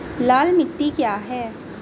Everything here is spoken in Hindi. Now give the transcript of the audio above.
लाल मिट्टी क्या है?